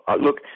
look